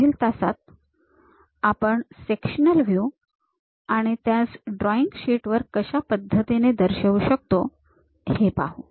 पुढील तासात आपण सेक्शनल व्ह्यू आणि त्यांस ड्रॉईंग शीट वर कशा पद्धतीने दर्शवू शकतो हे पाहू